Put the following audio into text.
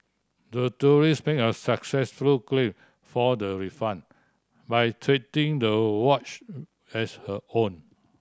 the tourist made a successful claim for the refund by treating the watch as her own